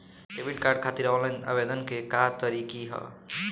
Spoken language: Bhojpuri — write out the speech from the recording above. डेबिट कार्ड खातिर आन लाइन आवेदन के का तरीकि ह?